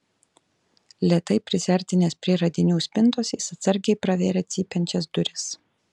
lėtai prisiartinęs prie radinių spintos jis atsargiai pravėrė cypiančias duris